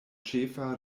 ĉefa